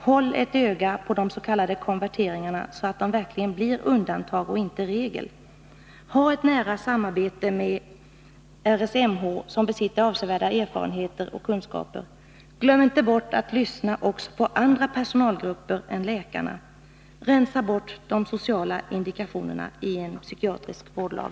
Håll ett öga på de s.k. konverteringarna, så att de verkligen blir undantag och inte regel! Ha ett nära samråd med Riksförbundet för social och mental hälsa som besitter avsevärda erfarenheter och kunskaper! Glöm inte bort att lyssna också på andra personalgrupper än läkarna! Rensa bort de sociala indikationerna i en psykiatrisk vårdlag!